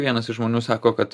vienas iš žmonių sako kad